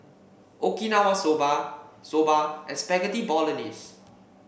Okinawa Soba Soba and Spaghetti Bolognese